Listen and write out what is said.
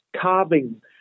carving